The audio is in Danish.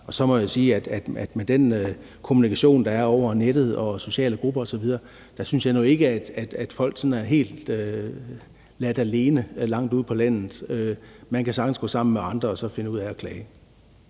er. Så må jeg sige, at med den kommunikation, der er over nettet og i sociale grupper osv., synes jeg nu ikke, at folk sådan er helt ladt alene langt ude på landet. Man kan sagtens gå sammen med andre og så finde ud af at klage.